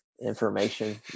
information